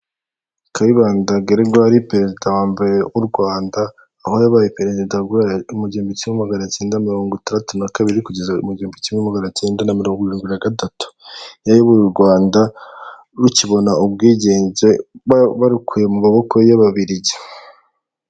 Kayibanda Gereguwari Perezida wa mbere w'u Rwanda, aho yabaye Perezida guhera mugihumbi kimwe maganacyenda mirongo itandatu na kabiri, kugeza mugihumbi kimwe maganacyenda na mirongo irindwi naga gatatu, yayoboye u' Rwanda rukibona ubwigenge barukuye mu maboko y'ababiligi.